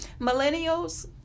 Millennials